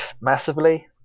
massively